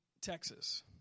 Texas